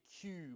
cube